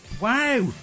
wow